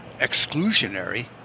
exclusionary